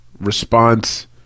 response